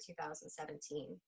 2017